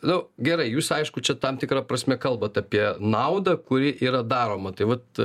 nu gerai jūs aišku čia tam tikra prasme kalbat apie naudą kuri yra daroma tai vat